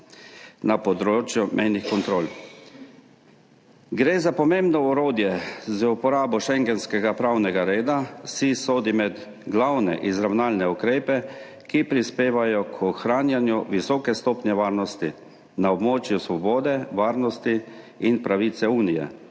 na področju mejnih kontrol. Gre za pomembno orodje z uporabo schengenskega pravnega reda. SIS sodi med glavne izravnalne ukrepe, ki prispevajo k ohranjanju visoke stopnje varnosti na območju svobode, varnosti in pravice Unije,